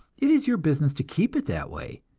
it is your business to keep it that way,